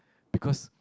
because